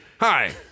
Hi